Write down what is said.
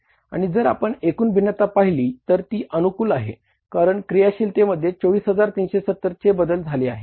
आणि जर आपण एकूण भिन्नता पहिली तर ती अनुकूल आहे कारण क्रियाशीलतेमध्ये 24370 चे बदल झाले आहे